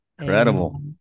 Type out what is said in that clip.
Incredible